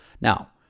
Now